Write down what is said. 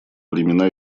времена